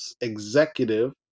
executive